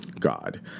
god